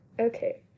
Okay